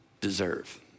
deserve